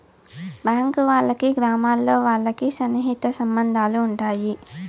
bank వాళ్ళకి గ్రామాల్లో వాళ్ళకి సన్నిహిత సంబంధాలు ఉంటాయి